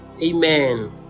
Amen